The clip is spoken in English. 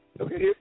Okay